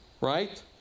Right